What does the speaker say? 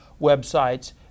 websites